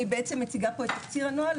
אני בעצם מציגה פה את תקציר הנוהל,